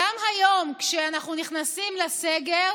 גם היום, כשאנחנו נכנסים לסגר